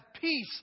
peace